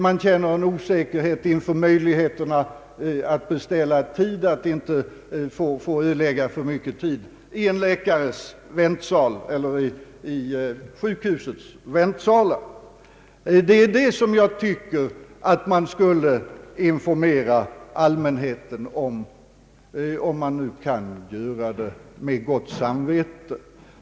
Man känner också osäkerhet inför möjligheten att beställa tid och tvingas tillbringa timme efter timme i en läkares eller ett sjukhus väntsal. Detta tycker jag att vederbörande skall informera allmänheten om, såvida de nu kan göra det med gott samvete.